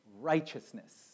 Righteousness